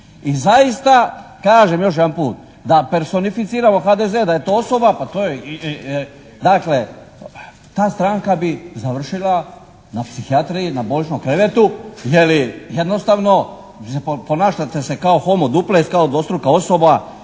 I zaista kažem još jedanput, da presonificiramo HDZ, da je to osoba, pa to je, dakle, ta stranka bi završila na psihijatriji, na bolničkom krevetu je li jednostavno se, ponašate se kao homo duplex, kao dvostruka osoba.